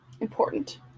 important